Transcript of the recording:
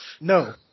No